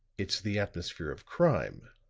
it's the atmosphere of crime,